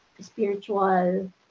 spiritual